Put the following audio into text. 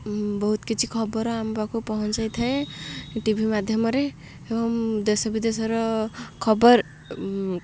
ବହୁତ କିଛି ଖବର ଆମପାଖକୁ ପହଞ୍ଚାଇ ଥାଏ ଟି ଭି ମାଧ୍ୟମରେ ଏବଂ ଦେଶ ବିଦେଶର ଖବର